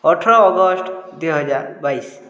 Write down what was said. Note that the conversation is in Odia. ଅଠର ଅଗଷ୍ଟ ଦୁଇହଜାର ବାଇଶ